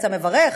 יצא מברך,